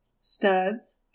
Studs